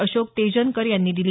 अशोक तेजनकर यांनी दिली